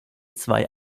zwei